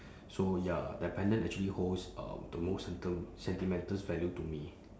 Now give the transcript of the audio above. so ya that pendant actually holds uh the most senti~ sentimental value to me